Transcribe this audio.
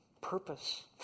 purpose